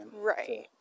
right